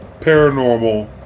Paranormal